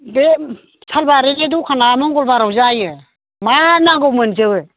बे सालबारिनि दखाना मंगलबाराव जायो मा नांगौ मोनजोबो